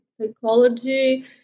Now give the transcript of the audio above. psychology